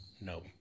No